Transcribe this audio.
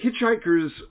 Hitchhiker's